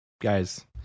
guys